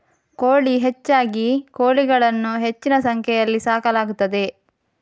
ಕೋಳಿ ಹೆಚ್ಚಾಗಿ ಕೋಳಿಗಳನ್ನು ಹೆಚ್ಚಿನ ಸಂಖ್ಯೆಯಲ್ಲಿ ಸಾಕಲಾಗುತ್ತದೆ